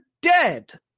dead